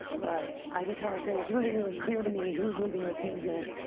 but i just want to say it's really, really clear to me who's leading this movement.